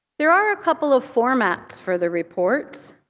there are ah couple of formats for the report.